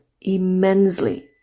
immensely